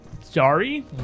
Sorry